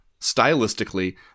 stylistically